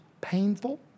painful